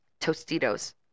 Tostitos